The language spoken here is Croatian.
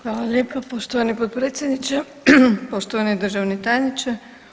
Hvala lijepa poštovani potpredsjedniče, poštovani državni tajniče.